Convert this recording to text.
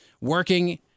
working